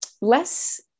less